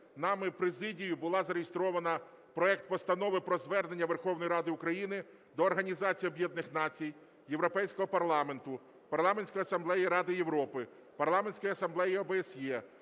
нами, президією, був зареєстрований проект Постанови про Звернення Верховної Ради України до Організації Об'єднаних Націй, Європейського Парламенту, Парламентської Асамблеї Ради Європи, Парламентської Асамблеї ОБСЄ,